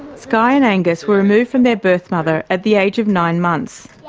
skye and angus were removed from their birth mother at the age of nine months.